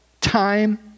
time